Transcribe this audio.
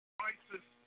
crisis